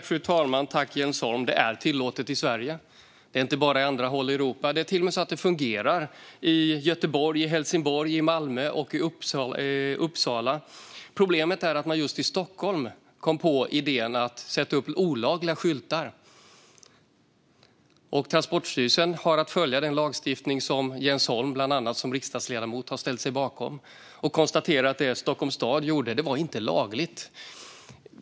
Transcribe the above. Fru talman! Det är tillåtet i Sverige. Det är inte så bara på andra håll i Europa. Det är till och med så att det fungerar i Göteborg, i Helsingborg, i Malmö och i Uppsala. Problemet är att man just i Stockholm kom på idén att sätta upp olagliga skyltar. Transportstyrelsen har att följa den lagstiftning som bland annat Jens Holm, som riksdagsledamot, har ställt sig bakom, och man konstaterar att det Stockholms stad gjorde inte var lagligt.